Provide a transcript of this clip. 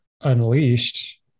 unleashed